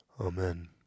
Amen